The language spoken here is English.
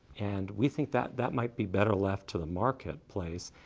and we think that that might be better left to the marketplace.